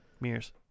Mirrors